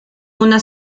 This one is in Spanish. una